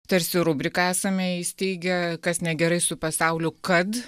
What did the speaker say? tarsi rubriką esame įsteigę kas negerai su pasauliu kad